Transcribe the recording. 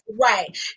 right